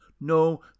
no